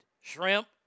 Shrimp